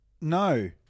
No